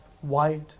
white